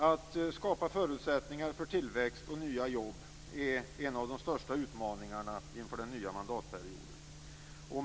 Att skapa förutsättningar för tillväxt och nya jobb är en av de största utmaningarna inför den nya mandatperioden.